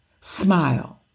Smile